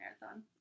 Marathon